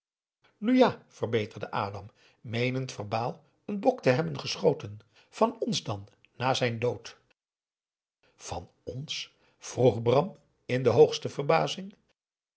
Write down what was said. ja verbeterde adam meenend verbaal n bok te hebben geschoten van ons dan na zijn dood van ons vroeg bram in de hoogste verbazing